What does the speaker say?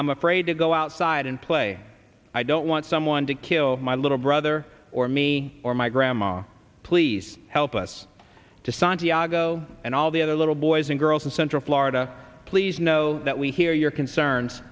i'm afraid to go outside and play i don't want someone to kill my little brother or me or my grandma please help us to santiago and all the other little boys and girls in central florida please know that we hear your concerns